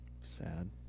Sad